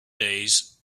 days